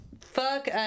Fuck